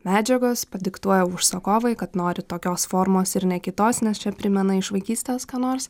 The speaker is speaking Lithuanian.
medžiagos padiktuoja užsakovai kad nori tokios formos ir ne kitos nes čia primena iš vaikystės nors